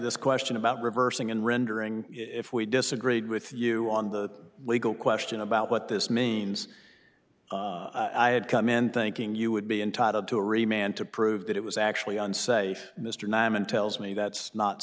this question about reversing and rendering if we disagreed with you on the legal question about what this means i had come in thinking you would be entitled to a re man to prove that it was actually unsafe mr namin tells me that's not